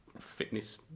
fitness